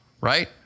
right